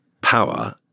power